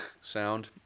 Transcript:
sound